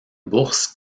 bourse